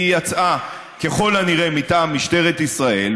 היא יצאה ככל הנראה מטעם משטרת ישראל,